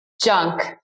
Junk